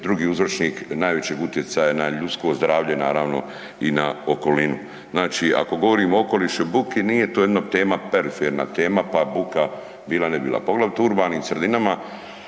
drugi uzročnik najvećeg utjecaja na ljudsko zdravlje naravno i na okolinu. Znači, ako govorimo o okolišu i buki, nije to jedna tema, periferna tema, pa buka bila, ne bila. Poglavito u urbanim sredinama